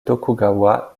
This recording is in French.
tokugawa